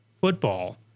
football